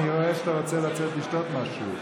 אני רואה שאתה רוצה לצאת לשתות משהו.